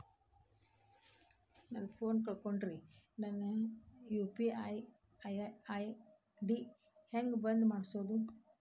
ನನ್ನ ಫೋನ್ ಕಳಕೊಂಡೆನ್ರೇ ನನ್ ಯು.ಪಿ.ಐ ಐ.ಡಿ ಹೆಂಗ್ ಬಂದ್ ಮಾಡ್ಸೋದು?